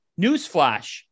Newsflash